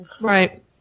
Right